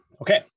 okay